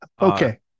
Okay